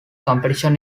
competition